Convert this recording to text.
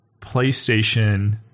PlayStation